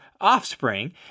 offspring